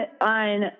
on